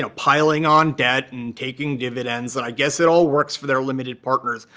so piling on debt and taking dividends. and i guess it all works for their limited partners.